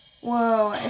whoa